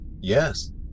Yes